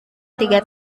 tiga